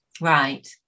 right